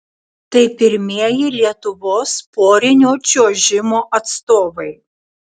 tai pirmieji lietuvos porinio čiuožimo atstovai